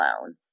alone